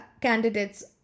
candidates